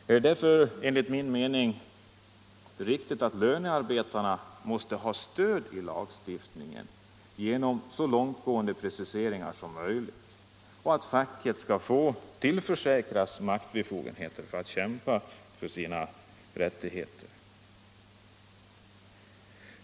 Därför måste enligt min mening lönarbetarna ha stöd i lagstiftningen genom så långt gående preciseringar som möjligt, och facket bör tillförsäkras maktbefogenheter att kämpa för sina rättigheter.